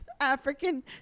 African